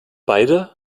beide